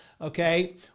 okay